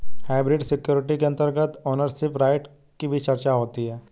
hybrid security के अंतर्गत ownership right की भी चर्चा होती है